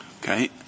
Okay